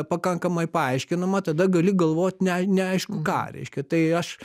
pakankamai paaiškinama tada gali galvot ne neaišku ką reiškia tai aš